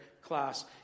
class